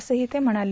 असंही ते म्हणाले